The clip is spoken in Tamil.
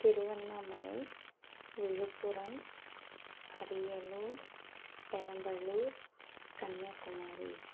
திருவண்ணாமலை விழுப்புரம் அரியலூர் பெரம்பலூர் கன்னியாகுமரி